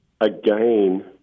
again—